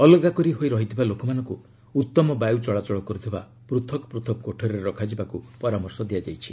ଅଲଗା କରି ହୋଇ ରହିଥିବା ଲୋକମାନଙ୍କୁ ଉତ୍ତମ ବାୟୁ ଚଳାଚଳ କରୁଥିବା ପୂଥକ ପୂଥକ କୋଠରୀରେ ରଖାଯିବାକୁ ପରାମର୍ଶ ଦିଆଯାଇଛି